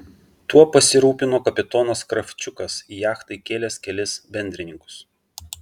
tuo pasirūpino kapitonas kravčiukas į jachtą įkėlęs kelis bendrininkus